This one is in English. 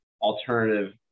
alternative